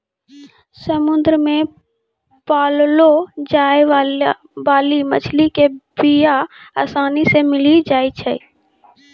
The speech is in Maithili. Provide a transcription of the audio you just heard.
समुद्र मे पाललो जाय बाली मछली के बीया आसानी से मिली जाई छै